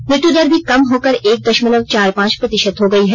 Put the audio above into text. मृत्यु दर भी कम होकर एक दशमलव चार पांच प्रतिशत हो गई है